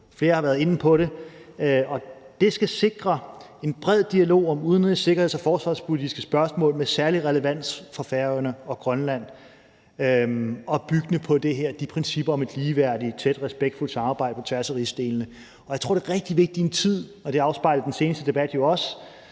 Flere har været inde på det. Det skal sikre en bred dialog om udenrigs-, sikkerheds- og forsvarspolitike spørgsmål med særlig relevans for Færøerne og Grønland og byggende på de her principper om et ligeværdigt, tæt, respektfuldt samarbejde på tværs af rigsdelene. Jeg tror, det er rigtig vigtigt i en tid – og det afspejler den seneste debat jo også